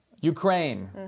Ukraine